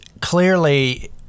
clearly